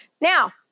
Now